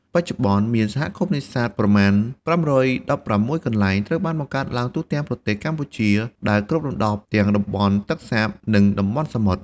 បច្ចុប្បន្ន មានសហគមន៍នេសាទប្រមាណ ៥១៦ កន្លែង ត្រូវបានបង្កើតឡើងទូទាំងប្រទេសកម្ពុជាដែលគ្របដណ្ដប់ទាំងតំបន់ទឹកសាប និងតំបន់សមុទ្រ។